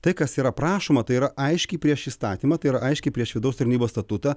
tai kas yra prašoma tai yra aiškiai prieš įstatymą tai yra aiškiai prieš vidaus tarnybos statutą